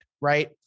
right